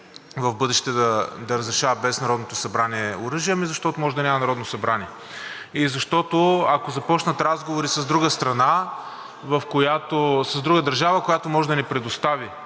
в бъдеще да разрешава без Народното събрание оръжие? Ами защото може да няма Народно събрание и защото, ако започнат разговори с друга държава, която може да ни предостави